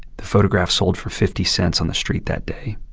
the photograph sold for fifty cents on the street that day